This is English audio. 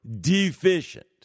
deficient